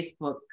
Facebook